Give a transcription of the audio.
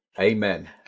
amen